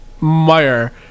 Meyer